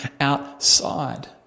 outside